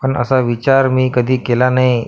आणि असा विचार मी कधी केला नाही